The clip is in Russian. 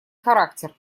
характер